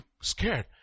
scared